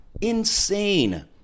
Insane